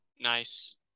Nice